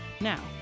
Now